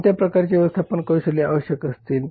कोणत्या प्रकारचे व्यवस्थापन कौशल्ये आवश्यक असतील